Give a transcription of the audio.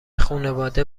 خونواده